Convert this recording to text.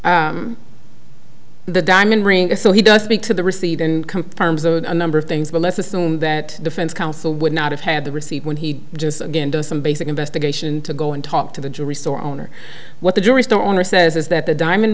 is the diamond ring is so he does speak to the receipt in a number of things but let's assume that defense counsel would not have had the receipt when he'd just been doing some basic investigation to go and talk to the jewelry store owner what the jury store owner says is that the diamond